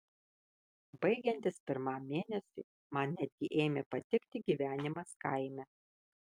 baigiantis pirmam mėnesiui man netgi ėmė patikti gyvenimas kaime